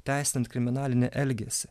teisinant kriminalinį elgesį